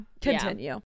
Continue